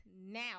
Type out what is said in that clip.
now